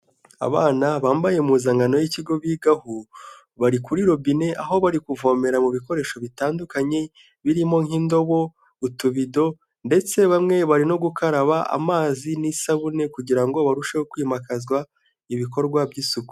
Abana bambaye impuzankano y'ikigo bigaho bari kuri robine aho bari kuvomera mu bikoresho bitandukanye birimo nk'indobo, utubido ndetse bamwe barimo gukaraba amazi n'isabune kugira ngo barusheho kwimakazwa ibikorwa by'isuku.